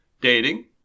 Dating